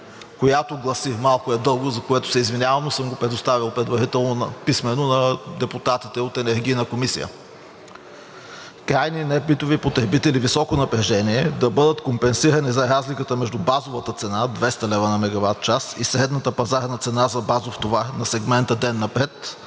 която гласи – малко е дълго, за което се извинявам, но съм го предоставил предварително писмено на депутатите от Енергийната комисия: „Крайни небитови потребители високо напрежение да бъдат компенсирани за разликата между базовата цена – 200 лв. на мегаватчас, и средната пазарна цена за базов товар на сегмента „ден напред“